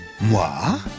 Moi